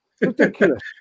Ridiculous